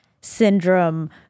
syndrome